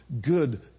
good